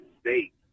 state